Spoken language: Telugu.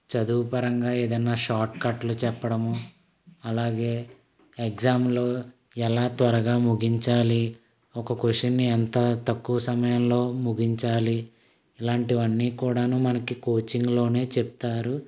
చదువుపరంగా ఏదన్నా షాట్కట్లు చెప్పడం అలాగే ఎగ్జామ్లు ఎలా త్వరగా ముగించాలి ఒక క్వషన్ని ఎంత తక్కువ సమయంలో ముగించాలి ఇలాంటివన్నీ కూడా మనకి కోచింగ్లోనే చెప్తారు